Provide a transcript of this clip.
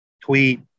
tweet